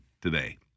today